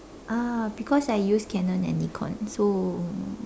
uh because I use Canon and Nikon so